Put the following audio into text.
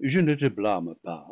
je ne te blâme pas